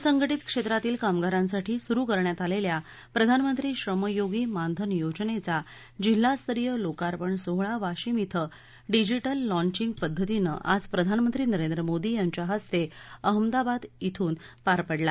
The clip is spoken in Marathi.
असंघटीत क्षेत्रातील कामगारांसाठी सुरु करण्यात आलेल्या प्रधानमंत्री श्रमयोगी मानधन योजनेचा जिल्हास्तरीय लोकार्पण सोहळा वाशिम ॐ डिजिटल लॉंचिंग पध्दतीन आज प्रधानमंत्री नरेंद्र मोदी यांच्या हस्ते अहमदाबाद येथून पार पडला